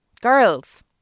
girls